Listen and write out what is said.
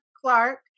Clark